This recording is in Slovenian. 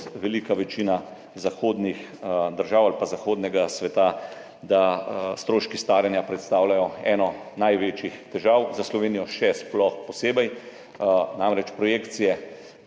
veliki večini zahodnih držav ali pa zahodnega sveta stroški staranja predstavljajo eno največjih težav, za Slovenijo še sploh. Namreč projekcije,